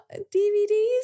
DVDs